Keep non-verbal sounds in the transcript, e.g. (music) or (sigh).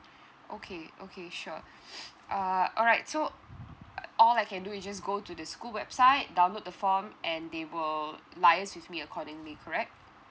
okay okay sure (noise) uh alright so uh all I can do is just go to the school website download the form and they will liaise with me accordingly correct